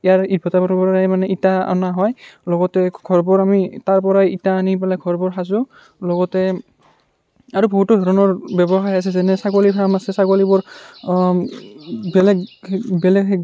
ইয়াৰে ইটভাটাবোৰৰ পৰাই মানে ইটা অনা হয় লগতে ঘৰবোৰ আমি তাৰ পৰাই ইটা আনি পেলে ঘৰবোৰ সাজোঁ লগতে আৰু বহুতো ধৰণৰ ব্যৱসায় আছে যেনে ছাগলী ফাৰ্ম আছে ছাগলীবোৰ বেলেগ সেই বেলেগ সেই